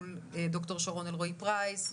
מול ד"ר שרון אלרעי פרייס,